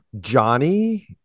Johnny